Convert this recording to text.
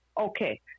Okay